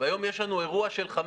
והיום יש לנו אירוע של 400,